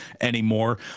anymore